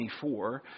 24